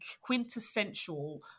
quintessential